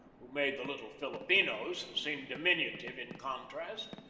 who made the little filipinos seem diminutive in contrast,